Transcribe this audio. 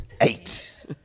Eight